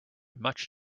much